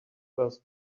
first